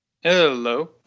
Hello